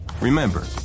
Remember